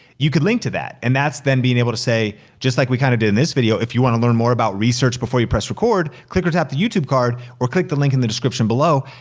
you could link to that, and that's then being able to say, just like we kind of did in this video, if you wanna learn more about research before you press record, click or tap the youtube card, or click the link in the description below.